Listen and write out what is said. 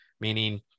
meaning